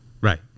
Right